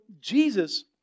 Jesus